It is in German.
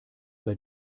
bei